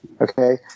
okay